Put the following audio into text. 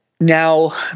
Now